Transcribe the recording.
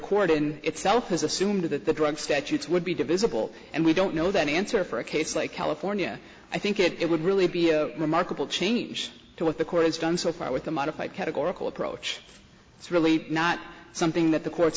court in itself has assumed that the drug statutes would be divisible and we don't know that answer for a case like california i think it would really be a remarkable change to what the court has done so far with a modified categorical approach it's really not something that the court